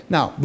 Now